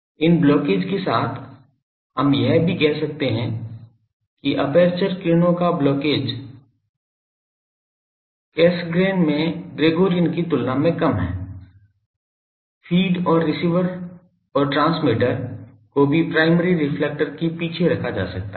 इन blockage के साथ हम यह भी कह सकते हैं कि एपर्चर किरणों का ब्लॉकेज कैसग्रेन में ग्रेगोरियन की तुलना में कम है फ़ीड और रिसीवर और ट्रांसमीटर को भी प्राइमरी रिफ्लेक्टर के पीछे रखा जा सकता है